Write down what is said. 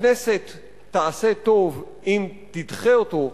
הכנסת תעשה טוב אם תדחה אותו,